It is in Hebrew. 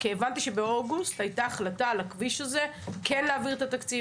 כי הבנתי שבאוגוסט הייתה החלטה על הכביש הזה כן להעביר את התקציב,